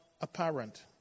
apparent